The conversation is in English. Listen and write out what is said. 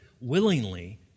willingly